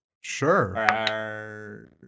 Sure